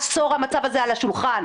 עשור המצב הזה על השולחן.